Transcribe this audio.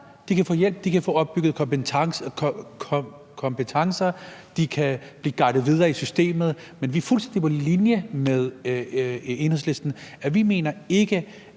de kan få hjælp, de kan få opbygget kompetencer, de kan blive guidet videre i systemet. Men vi er fuldstændig på linje med Enhedslisten, altså at vi ikke